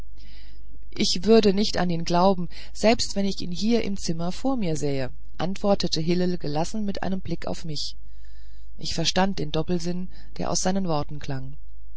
ich würde nicht an ihn glauben selbst wenn ich ihn hier im zimmer vor mir sähe antwortete hillel gelassen mit einem blick auf mich ich verstand den doppelsinn der aus seinen worten klang